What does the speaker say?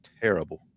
terrible